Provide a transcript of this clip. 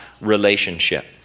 relationship